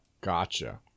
Gotcha